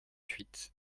huit